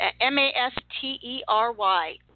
M-A-S-T-E-R-Y